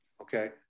okay